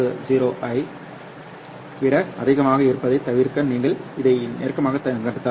405 ஐ விட அதிகமாக இருப்பதைத் தவிர்க்க நீங்கள் அதை நெருக்கமாக நகர்த்தலாம்